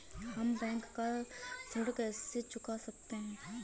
हम बैंक का ऋण कैसे चुका सकते हैं?